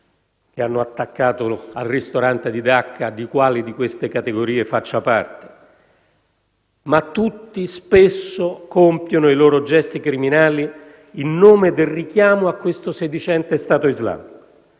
che ha attaccato il ristorante di Dacca di quale di queste categorie faccia parte. Ma tutti spesso compiono i loro gesti criminali in nome del richiamo a questo sedicente Stato islamico.